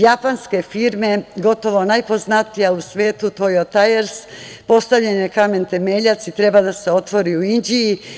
Japanske firme, a gotovo najpoznatija u svetu „Tajers“, postavljen je kamen temeljac i treba da se otvori u Inđiji.